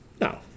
No